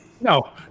No